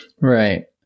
right